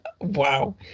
Wow